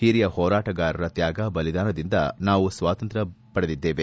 ಹಿರಿಯ ಹೋರಾಟಗಾರರ ತ್ಯಾಗ ಬಲಿದಾನದಿಂದ ನಾವು ಸ್ವಾತಂತ್ರ್ಯ ಭಾರತದಲ್ಲಿದ್ದೇವೆ